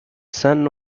sun